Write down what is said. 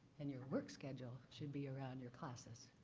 and your work schedule should be around your classes.